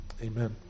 Amen